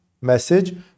message